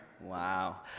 Wow